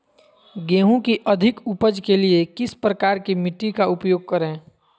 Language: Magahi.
गेंहू की अधिक उपज के लिए किस प्रकार की मिट्टी का उपयोग करे?